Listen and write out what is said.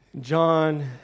John